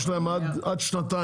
להם עד שנתיים.